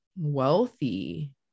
wealthy